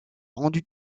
rendu